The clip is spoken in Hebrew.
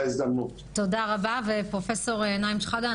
תודה רבה, פרופ' נעים שחאדה.